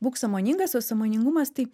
būk sąmoningas o sąmoningumas tai